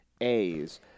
A's